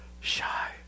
shy